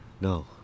No